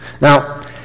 Now